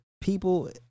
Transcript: people